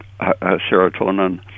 serotonin